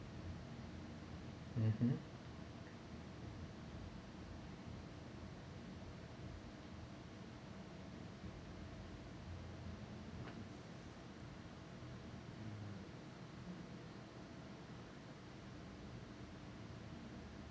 mmhmm